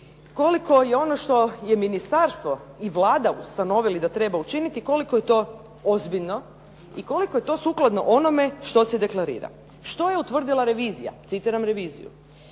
koliko je ono što je ministarstvo i Vlada ustanovili da treba učiniti, koliko je to ozbiljno i koliko je to sukladno onome što se deklarira. Što je utvrdila revizija? Citiram reviziju: